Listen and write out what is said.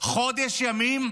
סגור חודש ימים.